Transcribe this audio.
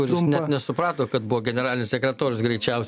kuris net nesuprato kad buvo generalinis sekretorius greičiausiai